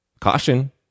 Caution